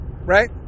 Right